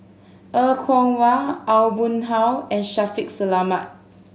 Er Kwong Wah Aw Boon Haw and Shaffiq Selamat